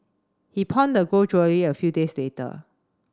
he pawned the gold jewellery a few days later